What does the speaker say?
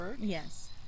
Yes